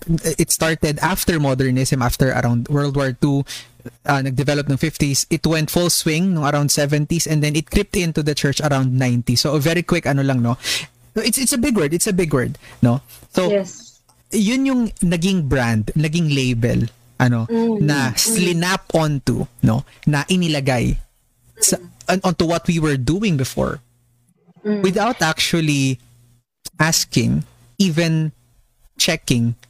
it started after modernism, after around World War II, uh, nagdevelop ng 50s, it went full swing nung around 70s, and then it crept into the church around 90s. So, a very quick ano lang, no? It's- it's a big word, it's a big word, no? So, Yes. yun yung naging brand, naging label, ano, Mm, na mm. slinap onto, no? Na inilagay sa- Mm. an- onto what we were doing before, Mm. without actually asking, even checking,